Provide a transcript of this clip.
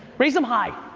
raise them high.